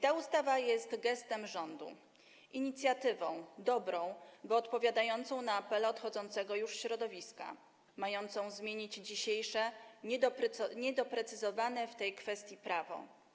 Ta ustawa jest gestem rządu, inicjatywą dobrą, bo odpowiadającą na apele odchodzącego już środowiska, mającą zmienić dzisiejsze niedoprecyzowane w tej kwestii prawo.